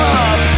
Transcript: up